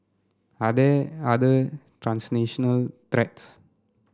are there other transnational